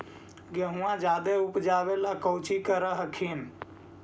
गेहुमा जायदे उपजाबे ला कौची कर हखिन?